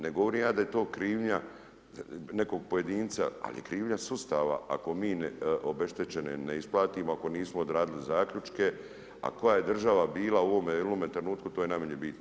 Ne govorim ja da je to krivnja nekog pojedinca, al je krivnja sustava ako mi obeštećene ne isplatimo, ako nismo odradili zaključke, a koja je država bila u ovome trenutku to je najmanje bitno.